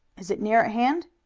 is it near at hand?